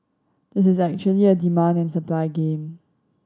this is actually a demand and supply game